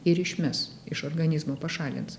ir išmes iš organizmo pašalins